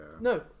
no